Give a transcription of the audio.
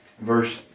verse